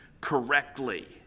correctly